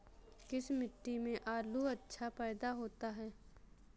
किस मिट्टी में आलू अच्छा पैदा होता है?